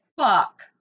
Fuck